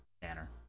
banner